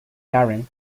karen